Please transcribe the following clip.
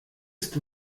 ist